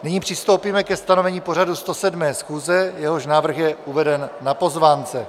Nyní přistoupíme ke stanovení pořadu 107. schůze, jehož návrh je uveden na pozvánce.